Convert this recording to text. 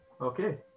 Okay